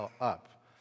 up